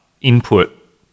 input